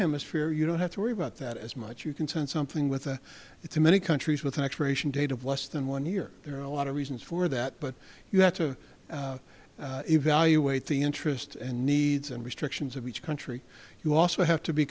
hemisphere you don't have to worry about that as much you can send something with a it's in many countries with an expiration date of less than one year there are a lot of reasons for that but you have to evaluate the interests and needs and restrictions of each country you also have to be